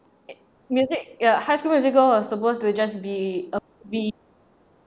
it music uh high school musical are supposed to just be a movie